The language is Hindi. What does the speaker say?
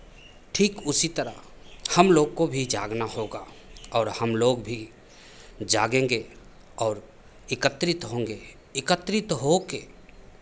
ठीक उसी तरह हम लोग को भी जागना होगा और हम लोग भी जागेंगे और एकत्रित होंगे एकत्रित होके